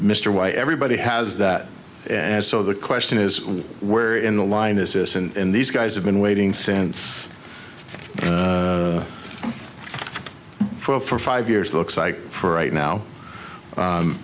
mr y everybody has that and so the question is where in the line is this and these guys have been waiting since for five years looks like for right now